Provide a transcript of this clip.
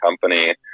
company